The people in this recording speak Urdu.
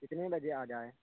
کتنے بجے آ جائیں